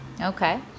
Okay